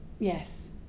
Yes